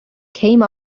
came